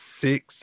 six